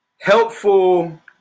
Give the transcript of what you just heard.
helpful